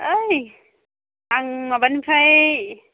ओय आं माबानिफ्राय